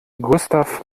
gustav